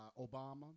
Obama